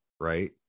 right